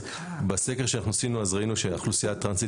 אז בסקר שעשינו אז ראינו שהאוכלוסייה הטרנסית